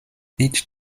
each